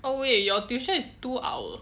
oh wait your tuition is two hour